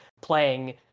playing